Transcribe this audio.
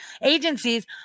agencies